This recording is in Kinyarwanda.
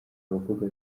abakobwa